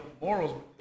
morals